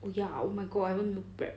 oh ya oh my god I haven't meal prep